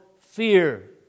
fear